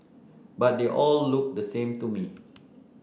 but they all looked the same to me